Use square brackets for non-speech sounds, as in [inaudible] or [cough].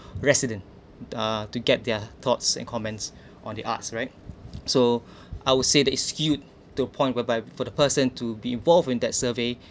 resident uh to get their thoughts and comments on the arts right so [breath] I will said that it's skewed to a point whereby for the person to be involved in that survey